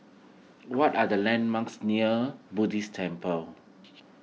what are the landmarks near Buddhist Temple